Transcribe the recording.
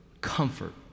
comfort